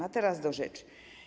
A teraz do rzeczy.